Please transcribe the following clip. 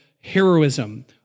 heroism